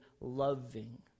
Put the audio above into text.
loving